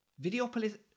Videopolis